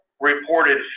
reported